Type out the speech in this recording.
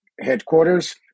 headquarters